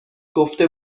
گفته